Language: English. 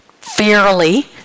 fairly